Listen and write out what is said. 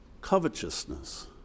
covetousness